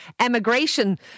emigration